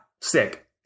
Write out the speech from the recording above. sick